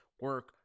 Work